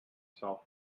self